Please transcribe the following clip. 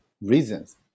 reasons